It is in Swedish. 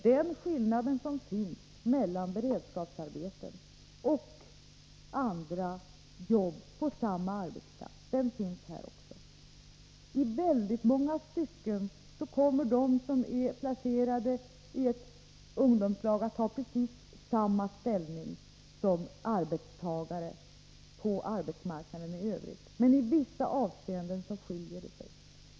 Den skillnad som finns mellan beredskapsarbeten och andra jobb på samma arbetsplats finns också här. I väldigt många stycken kommer de som är placerade i ett ungdomslag att ha precis samma ställning som arbetstagare på arbetsmarknaden i övrigt. Menii vissa avseenden skiljer det sig.